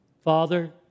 Father